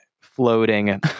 floating